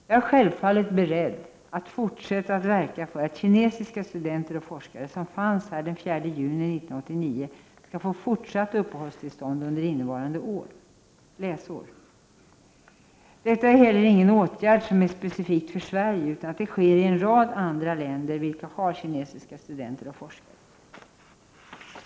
Jag är självfallet beredd att fortsätta att verka för att kinesiska studenter och forskare som fanns här den 4 juni 1989 skall få fortsatt uppehållstillstånd under innevarande läsår. Detta är heller ingen åtgärd som är specifik för Sverige utan det sker i en rad andra länder vilka har kinesiska studenter och forskare.